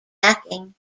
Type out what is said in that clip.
backing